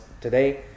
today